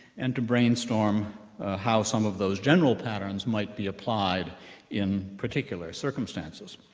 and to brainstorm how some of those general patterns might be applied in particular circumstances.